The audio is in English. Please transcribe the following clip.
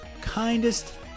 kindest